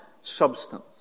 substance